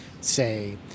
say